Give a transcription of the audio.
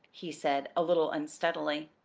he said, a little unsteadily,